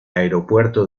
aeropuerto